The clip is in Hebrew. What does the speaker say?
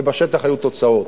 ובשטח היו תוצאות.